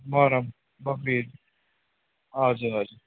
मोहरम बकरिद हजुर हजुर